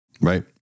Right